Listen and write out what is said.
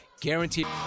Guaranteed